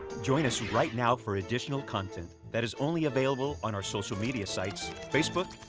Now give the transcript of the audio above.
join us right now for additional content that is only available on our social media sites facebook,